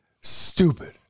Stupid